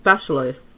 Specialist